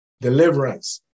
deliverance